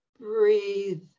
breathe